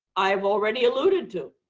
i've already alluded to.